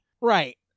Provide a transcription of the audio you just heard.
right